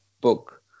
book